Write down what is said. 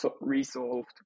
resolved